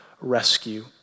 rescue